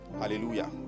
Hallelujah